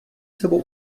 sebou